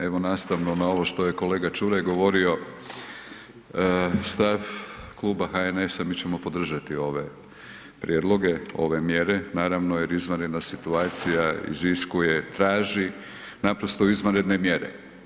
Evo, nastavno na ovo što je kolega Čuraj govorio, stav Kluba HNS-a, mi ćemo podržati ove prijedloge, ove mjere naravno jer izvanredna situacija iziskuje, traži naprosto izvanredne mjere.